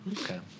Okay